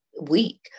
week